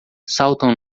saltam